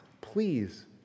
please